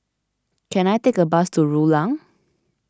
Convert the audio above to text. can I take a bus to Rulang